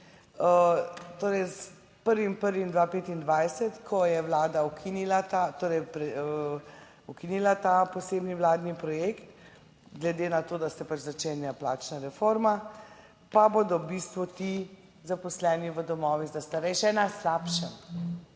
ukinila ta, torej ukinila ta posebni vladni projekt glede na to, da se pač začenja plačna reforma, pa bodo v bistvu ti zaposleni v domovih za starejše na slabšem.